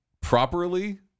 properly